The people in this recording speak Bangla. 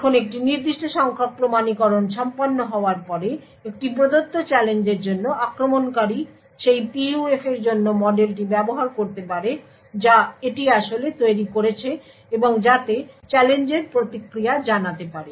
এখন একটি নির্দিষ্ট সংখ্যক প্রমাণীকরণ সম্পন্ন হওয়ার পরে একটি প্রদত্ত চ্যালেঞ্জের জন্য আক্রমণকারী সেই PUF এর জন্য মডেলটি ব্যবহার করতে পারে যা এটি আসলে তৈরি করেছে এবং যাতে চ্যালেঞ্জের প্রতিক্রিয়া জানাতে পারে